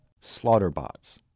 Slaughterbots